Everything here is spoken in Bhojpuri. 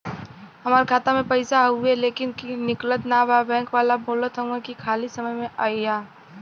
हमार खाता में पैसा हवुवे लेकिन निकलत ना बा बैंक वाला बोलत हऊवे की खाली समय में अईहा